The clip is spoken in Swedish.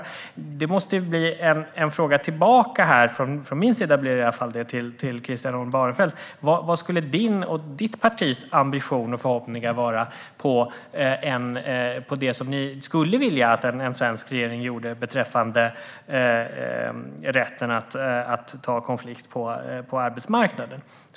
Frågan tillbaka till Christian Holm Barenfeld måste bli - från min sida i alla fall: Vad skulle din och ditt partis ambition och förhoppningar vara gällande det som ni skulle vilja att en svensk regering gjorde beträffande rätten att ta konflikt på arbetsmarknaden?